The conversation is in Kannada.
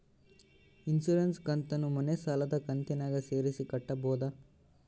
ಇನ್ಸುರೆನ್ಸ್ ಕಂತನ್ನ ಮನೆ ಸಾಲದ ಕಂತಿನಾಗ ಸೇರಿಸಿ ಕಟ್ಟಬೋದ?